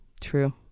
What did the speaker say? True